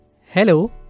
Hello